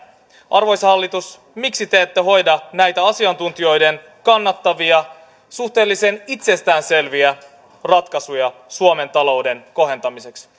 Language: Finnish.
arvoisa hallitus miksi te ette hoida näitä asiantuntijoiden kannattamia suhteellisen itsestäänselviä ratkaisuja suomen talouden kohentamiseksi